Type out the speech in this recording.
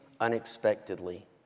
unexpectedly